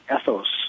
ethos